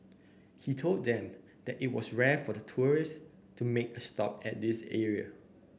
he told them that it was rare for tourists to make a stop at this area